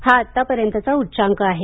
हा आतापर्यंतचा उच्चांक आहे